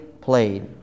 played